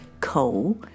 coal